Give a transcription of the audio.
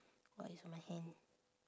orh it's on my hand